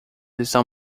estão